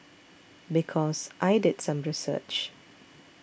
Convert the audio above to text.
because I did some research